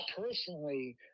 personally